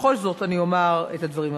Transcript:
בכל זאת אני אומר את הדברים הבאים,